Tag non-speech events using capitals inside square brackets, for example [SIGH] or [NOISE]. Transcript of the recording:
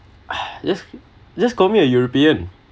[NOISE] just just call me a european